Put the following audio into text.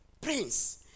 Prince